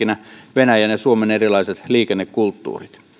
hyvänä esimerkkinä venäjän ja suomen erilaiset liikennekulttuurit